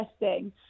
interesting